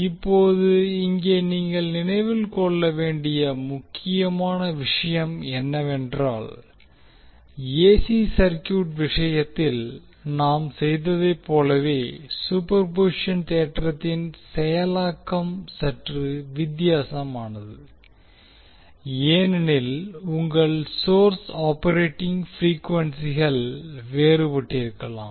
இப்போது இங்கே நீங்கள் நினைவில் கொள்ள வேண்டிய முக்கியமான விஷயம் என்னவென்றால் ஏசி சர்க்யூட் விஷயத்தில் நாம் செய்ததைப் போலவே சூப்பர்பொசிஷன் தேற்றத்தின் செயலாக்கம் சற்று வித்தியாசமானது ஏனெனில் உங்கள் சோர்ஸ் ஆப்பரேட்டிங் பிரிக்குவென்சிகள் வேறுபட்டிருக்கலாம்